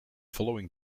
following